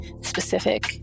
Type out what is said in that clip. specific